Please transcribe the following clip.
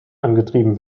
angetrieben